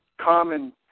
Common